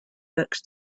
books